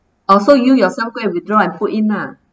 oh so you yourself go and withdraw and put in lah